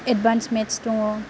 advance maths दङ